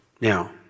Now